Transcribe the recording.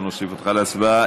אנחנו נוסיף אותך להצבעה.